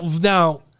Now